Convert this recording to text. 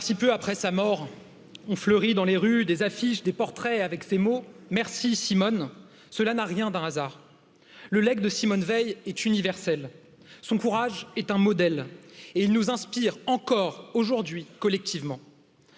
Si, peu après sa mort, ont fleuri dans les rues des affiches, des portraits avec ces mots. Merci Simone cela n'a rien d'un hasard le legs est universel son courage est un modèle et il nous inspire encore aujourd'hui collectivement